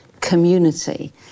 community